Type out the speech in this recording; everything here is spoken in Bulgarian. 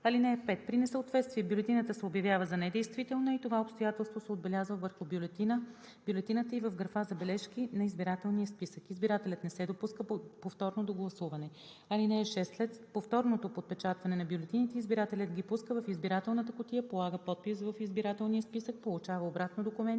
кутия. (5) При несъответствие бюлетината се обявява за недействителна и това обстоятелство се отбелязва върху бюлетината и в графа „Забележки“ на избирателния списък. Избирателят не се допуска повторно до гласуване. (6) След повторното подпечатване на бюлетините избирателят ги пуска в избирателната кутия, полага подпис в избирателния списък, получава обратно документите